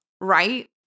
right